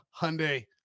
Hyundai